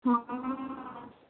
हँ